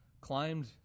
climbed